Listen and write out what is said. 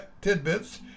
tidbits